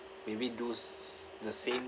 maybe do the same